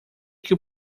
que